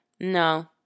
No